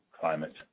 climate